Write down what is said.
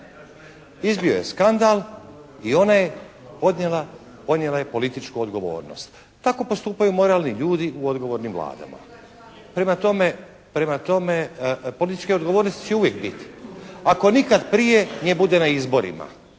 Izbio je skandal i ona je podnijela, podnijela je političku odgovornost. Tako postupaju moralni ljudi u odgovornim Vladama. Prema tome, političke odgovornosti će uvijek biti. Ako nikad prije nje bude na izborima.